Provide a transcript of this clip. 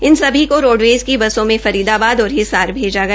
इन सभी को रोडवेज़ की बसों में फरीदाबाद और हिसार भेजा गया